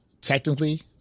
technically